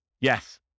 Yes